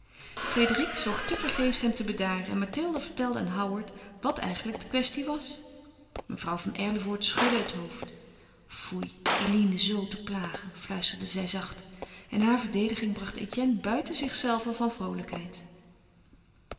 frédérique zocht tevergeefs hem te bedaren en mathilde vertelde aan howard wat eigenlijk de kwestie was mevrouw van erlevoort schudde het hoofd foei eline zoo te plagen fluisterde zij zacht en haar verdediging bracht etienne buiten zichzelven van vroolijkheid